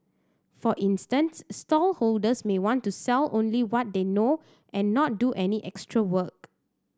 for instance stallholders may want to sell only what they know and not do any extra work